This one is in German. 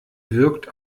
wirkt